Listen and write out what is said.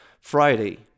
Friday